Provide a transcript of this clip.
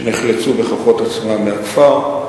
שנחלצו בכוחות עצמם מהכפר.